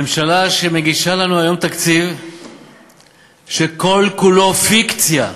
ממשלה שמגישה לנו היום תקציב שכל-כולו פיקציה,